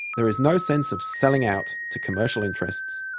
there is no sense of selling-out to commercial interests.